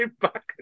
back